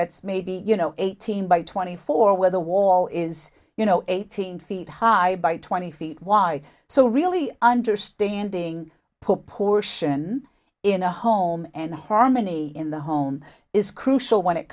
that's maybe you know eighteen by twenty four where the wall is you know eighteen feet high by twenty feet wide so really understanding poor poor ssion in a home and harmony in the home is crucial when it